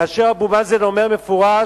כאשר אבו מאזן אומר במפורש,